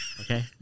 Okay